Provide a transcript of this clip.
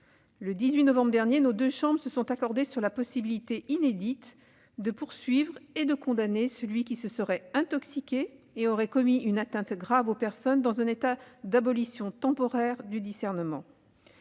Le 18 novembre dernier, nos deux chambres se sont accordées sur la possibilité- inédite -de poursuivre et de condamner celui qui se serait intoxiqué et aurait commis une atteinte grave aux personnes dans un état d'abolition temporaire du discernement.